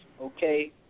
Okay